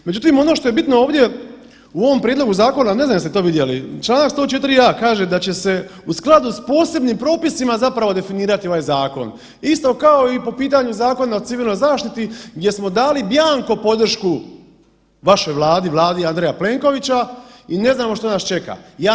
Međutim, ono što je bitno ovdje u ovom prijedlogu zakona, a ne znam jeste to vidjeli čl. 104.a kaže da će se u skladu s posebnim propisima definirati ovaj zakon, isto kao i po pitanju Zakona o civilnoj zaštiti gdje smo dali bjanko podršku vašoj Vladi, vladi Andreja Plenkovića i ne znamo što nas čeka.